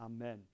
Amen